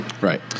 Right